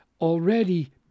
already